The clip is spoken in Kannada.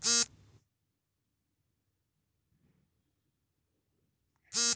ಭೂಮಿಗೆ ರಸಗೊಬ್ಬರಗಳನ್ನು ಬಳಸುವುದರಿಂದ ಆಗುವ ತೊಂದರೆಗಳು ಯಾವುವು?